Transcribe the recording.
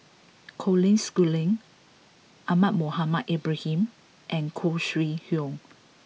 Colin Schooling Ahmad Mohamed Ibrahim and Khoo Sui Hoe